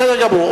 בסדר גמור.